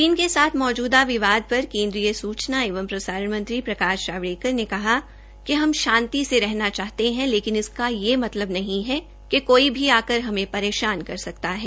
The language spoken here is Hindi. चीन के साथ मौजूदा विवाद पर केन्द्रीय सूचना एवं प्रसारण मंत्री प्रकाश जावड़ेकर ने कहा कि हम शांति से रहना चाहते है लेकिन इसका यह मतलब नहीं है कि कोई भी आकर हमें परेशान कर सकता है